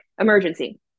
emergency